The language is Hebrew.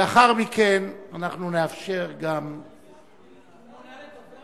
לאחר מכן אנחנו נאפשר גם, הוא מונה לדובר